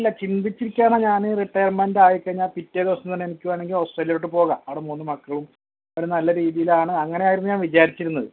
ഇല്ല ചിന്തിച്ചിരിക്കാന ഞാൻ റിട്ടയർമെൻറ്റായി കഴിഞ്ഞാൽ പിറ്റെ ദിവസം തന്നെ എനിക്ക് വേണമെങ്കിൽ ഓസ്ട്രേലിയയിലേട്ട് പോകാം അവിടെ മൂന്ന് മക്കളും അവർ നല്ല രീതിയിലാണ് അങ്ങനെയായിരുന്നു ഞാൻ വിചാരിച്ചിരുന്നത്